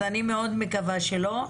אני מקווה מאוד שלא,